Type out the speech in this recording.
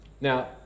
Now